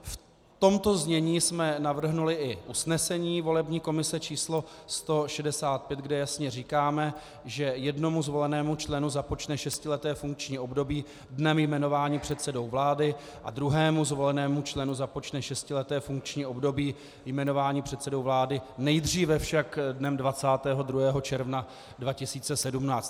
V tomto znění jsme navrhli i usnesení volební komise č. 165, kde jasně říkáme, že jednomu zvolenému členu započne šestileté funkční období dnem jmenováním předsedou vlády a druhému zvolenému členu započne šestileté funkční období jmenováním předsedou vlády, nejdříve však dnem 22. června 2017.